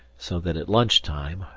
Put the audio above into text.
so that at lunch-time,